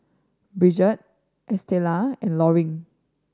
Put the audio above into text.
Brigitte Estella and Loring